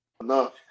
enough